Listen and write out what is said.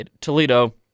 Toledo